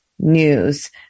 news